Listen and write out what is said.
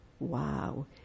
Wow